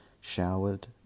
showered